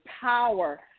power